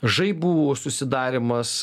žaibų susidarymas